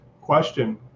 question